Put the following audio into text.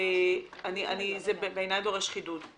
בעיניי זה דורש חידוד.